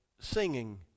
singing